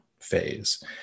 phase